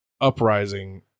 uprising